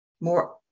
more